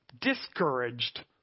discouraged